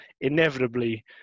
inevitably